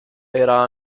era